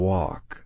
Walk